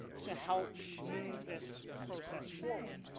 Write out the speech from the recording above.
to help move this process forward.